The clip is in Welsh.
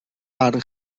barn